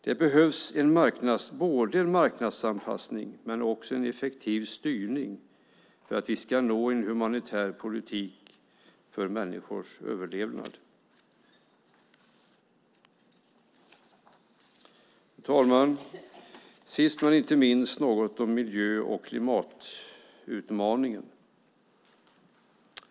Det behövs både en marknadsanpassning och en effektiv styrning för att vi ska nå en humanitär politik för människors överlevnad. Fru talman! Jag vill också säga något om miljö och klimatutmaningen.